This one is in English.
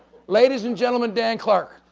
ladies and gentleman, dan clark,